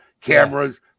cameras